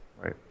Right